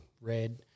Red